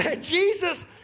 Jesus